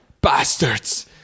bastards